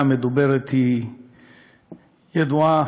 אני חושב שהבעיה המדוברת ידועה.